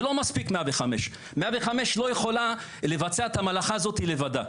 זה לא מספיק 105. 105 לא יכולה לבצע את המלאכה הזאת לבדה,